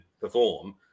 perform